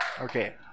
Okay